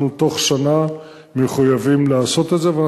אנחנו מחויבים לעשות את זה בתוך שנה,